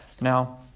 Now